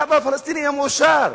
למה שהפלסטיני יהיה מאושר?